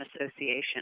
Association